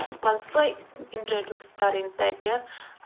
اسہِ پَزِ سۄے اِنٛٹَرٛڈیٛوٗس کَرٕنۍ تَتہِ